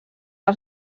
els